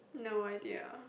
no idea